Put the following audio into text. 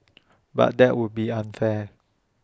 but that would be unfair